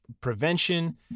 prevention